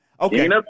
Okay